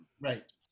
Right